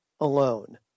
alone